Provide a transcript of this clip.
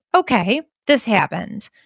okay, this happened.